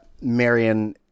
Marion